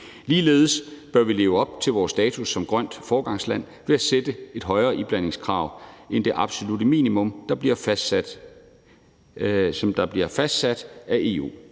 Ligeledes bør vi leve op til vores status som et grønt foregangsland ved at sætte et højere iblandingskrav end det absolutte minimum, der bliver fastsat af EU.